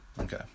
Okay